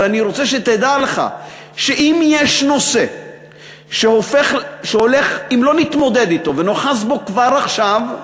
אבל אני רוצה שתדע לך שיש נושא שאם לא נתמודד אתו ונאחז בו כבר עכשיו,